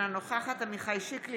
אינה נוכחת עמיחי שיקלי,